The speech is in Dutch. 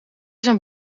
zijn